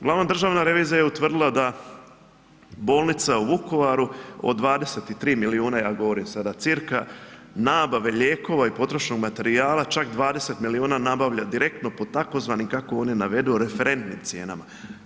Glavna državna revizija je utvrdila da bolnica u Vukovaru od 23 milijuna, ja govorim sada cca. nabave lijekova i potrošnog materijala, čak 20 milijuna nabavlja direktno po tzv. kako oni navedu, referentnim cijenama.